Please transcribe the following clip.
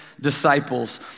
disciples